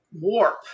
warp